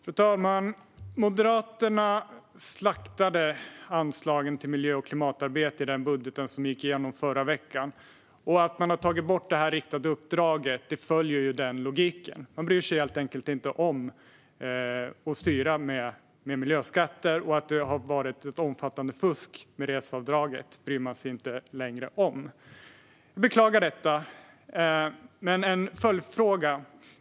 Fru talman! Moderaterna slaktade anslagen till miljö och klimatarbete i den budget som gick igenom förra veckan, och att man har tagit bort detta riktade uppdrag följer den logiken. Man bryr sig helt enkelt inte om att styra med miljöskatter. Och att det har varit ett omfattande fusk med reseavdraget bryr man sig inte längre om. Jag beklagar detta. Jag har en följdfråga.